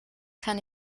kann